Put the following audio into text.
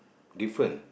different